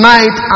Night